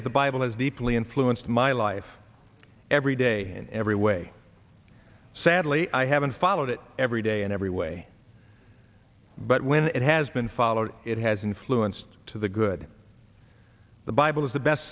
that the bible is deeply influenced my life every day in every way sadly i haven't followed it every day in every way but when it has been followed it has influenced to the good the bible is